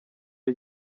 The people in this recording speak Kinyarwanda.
ngo